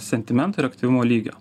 sentimentų ir aktyvumo lygio